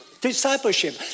Discipleship